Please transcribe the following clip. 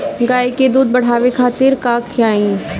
गाय के दूध बढ़ावे खातिर का खियायिं?